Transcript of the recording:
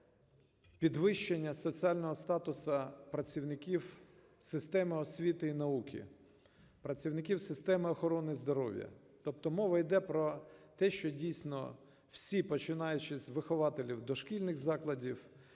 підвищення соціального статусу працівників системи освіти і науки, працівників системи охорони здоров'я. Тобто мова іде про те, що, дійсно, всі, починаючи з вихователів дошкільних закладів,